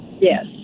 yes